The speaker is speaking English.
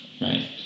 right